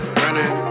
running